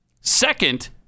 Second